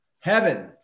heaven